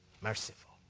merciful